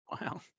Wow